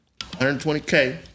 120K